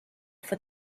for